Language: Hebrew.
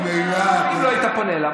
אם לא היית פונה אליו,